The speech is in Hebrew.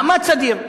מאמץ אדיר.